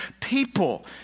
people